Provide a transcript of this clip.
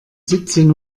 siebzehn